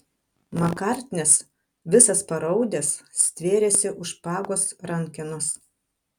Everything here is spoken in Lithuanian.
makartnis visas paraudęs stvėrėsi už špagos rankenos